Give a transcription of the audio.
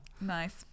Nice